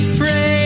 pray